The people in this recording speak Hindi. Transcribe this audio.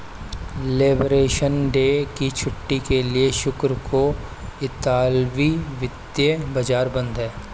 लिबरेशन डे की छुट्टी के लिए शुक्रवार को इतालवी वित्तीय बाजार बंद हैं